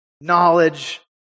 knowledge